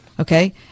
Okay